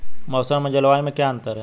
मौसम और जलवायु में क्या अंतर?